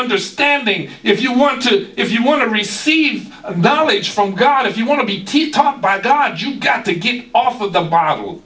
understanding if you want to if you want to receive the knowledge from god if you want to be t taught by god you got to get off of the bottle